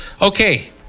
okay